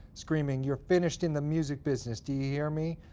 screaming, you're finished in the music business, do you hear me?